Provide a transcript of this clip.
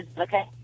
Okay